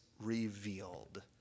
revealed